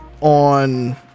on